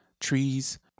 trees